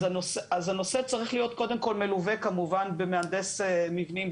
אז הנושא צריך להיות קודם כל מלווה כמובן במהנדס מבנים,